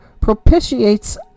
propitiates